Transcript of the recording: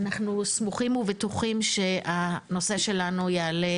אנחנו סמוכים ובטוחים שהנושא שלנו יעלה